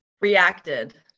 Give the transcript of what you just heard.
reacted